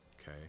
okay